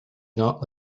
not